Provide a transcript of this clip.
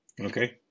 Okay